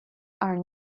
are